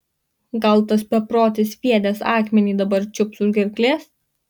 gal tas beprotis sviedęs akmenį dabar čiups už gerklės